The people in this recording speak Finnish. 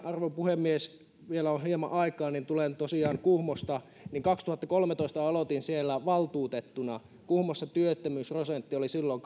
arvon puhemies vielä on hieman aikaa tulen tosiaan kuhmosta ja kaksituhattakolmetoista aloitin siellä valtuutettuna kuhmossa työttömyysprosentti oli silloin